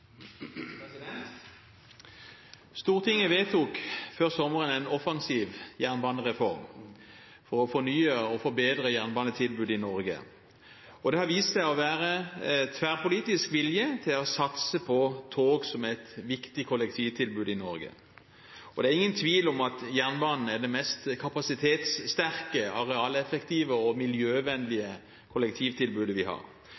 Stortinget vedtok før sommeren en offensiv jernbanereform for å fornye og forbedre jernbanetilbudet i Norge. Det har vist seg å være tverrpolitisk vilje til å satse på tog som et viktig kollektivtilbud i Norge. Det er ingen tvil om at jernbanen er det mest kapasitetssterke, arealeffektive og miljøvennlige kollektivtilbudet vi har.